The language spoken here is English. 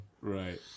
Right